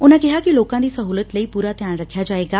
ਉਨੁਾ ਕਿਹਾ ਕਿ ਲੋਕਾਂ ਦੀ ਸਹੁਲਤ ਲਈ ਪੁਰਾ ਧਿਆਨ ਰਖਿਆ ਜਾਵੇਗਾ